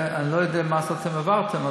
אני לא יודע מה אתם העברתם.